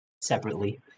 separately